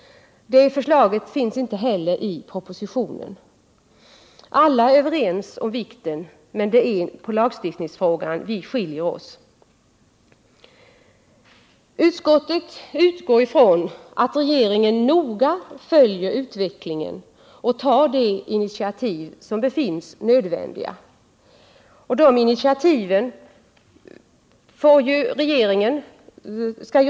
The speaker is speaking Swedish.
Det förslaget finns inte heller i propositionen. Alla är överens om vikten av en utbyggnad, men det är i lagstiftningsfrågan vi skiljer oss åt. Utskottet utgår ifrån att regeringen noga följer utvecklingen och tar de intiativ som befinns nödvändiga.